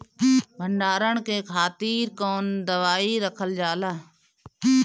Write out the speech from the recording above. भंडारन के खातीर कौन दवाई रखल जाला?